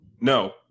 No